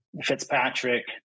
Fitzpatrick